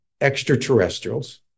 extraterrestrials